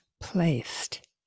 placed